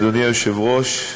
אדוני היושב-ראש,